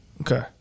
Okay